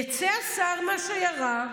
יצא השר מהשיירה,